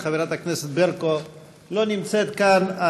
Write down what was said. חברת הכנסת ברקו לא נמצאת כאן,